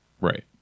right